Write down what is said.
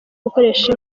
gukoresha